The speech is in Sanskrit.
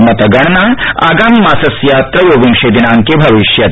मतगणना आगामि मासस्य त्रयोविंशे दिनाइके भविष्यति